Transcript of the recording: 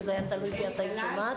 אם זה היה תלוי בי את היית שומעת.